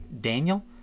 Daniel